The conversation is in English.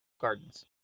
Gardens